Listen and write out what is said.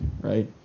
Right